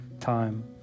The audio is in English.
time